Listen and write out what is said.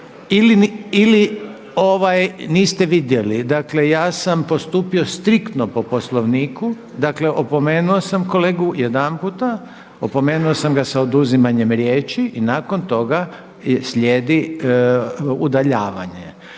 ili niste vidjeli. Dakle ja sam postupio striktno po Poslovniku, dakle opomeno sam kolegu jedanputa, opomenuo sam ga sa oduzimanjem riječi i nakon toga slijedi udaljavanje.